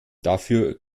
dafür